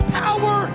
power